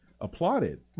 applauded